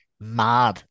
mad